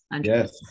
yes